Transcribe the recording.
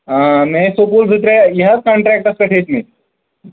مےٚ ٲس سکوٗل زٕ ترٛےٚ یہِ حظ کَنٛٹرٛیککٹَس پیٚٹھ ہیتۍمٕتۍ